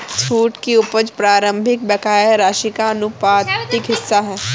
छूट की उपज प्रारंभिक बकाया राशि का आनुपातिक हिस्सा है